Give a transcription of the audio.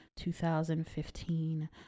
2015